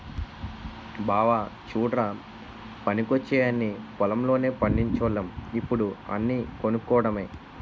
బావా చుడ్రా పనికొచ్చేయన్నీ పొలం లోనే పండిచోల్లం ఇప్పుడు అన్నీ కొనుక్కోడమే